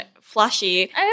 flashy